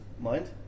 mind